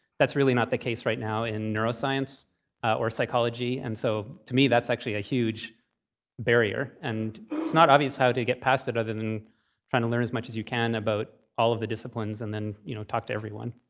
that's really not the case right now in neuroscience or psychology. and so to me, that's actually a huge barrier. and it's not obvious how to get past it other than trying to learn as much as you can about all of the disciplines, and then you know talk to everyone.